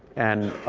and